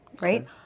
right